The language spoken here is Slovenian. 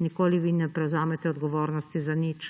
nikoli vi ne prevzamete odgovornosti za nič